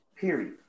period